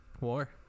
war